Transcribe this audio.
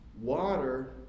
Water